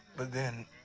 but then,